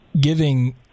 giving